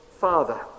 father